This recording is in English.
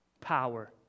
Power